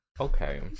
okay